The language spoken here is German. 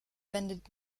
wendet